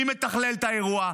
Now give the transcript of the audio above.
מי מתכלל את האירוע,